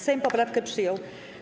Sejm poprawkę przyjął.